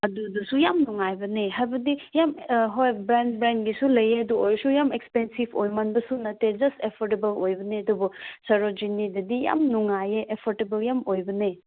ꯑꯗꯨꯗꯁ ꯌꯥꯝ ꯅꯨꯡꯉꯥꯏꯕꯅꯦ ꯍꯥꯏꯕꯗꯤ ꯍꯣꯏ ꯕ꯭ꯔꯥꯟꯗꯒꯤꯁꯨ ꯂꯩꯌꯦ ꯑꯗꯨ ꯑꯣꯏꯔꯁꯨ ꯌꯥꯝ ꯑꯛꯁꯄꯦꯟꯁꯤꯚ ꯑꯣꯏꯃꯟꯕꯁꯨ ꯅꯠꯇꯦ ꯖꯁ ꯑꯐꯣꯔꯗꯦꯕꯜ ꯑꯣꯏꯕꯅꯦ ꯑꯗꯨꯕꯨ ꯁꯔꯣꯖꯤꯅꯤꯗꯗꯤ ꯌꯥꯝ ꯅꯨꯡꯉꯥꯏꯌꯦ ꯑꯐꯣꯔꯗꯦꯕꯜ ꯌꯥꯝ ꯑꯣꯏꯕꯅꯦ